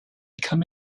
come